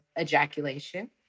ejaculation